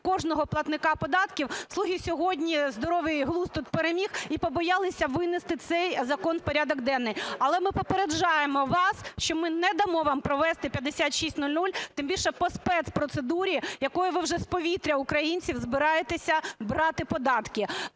кожного платника податків, "слуги" сьогодні – здоровий глузд тут переміг – і побоялися винести цей закон у порядок денний. Але ми попереджаємо вас, що ми не дамо вам провести 5600, тим більше по спецпроцедурі, якою ви вже з повітря в українців збираєтеся брати податки.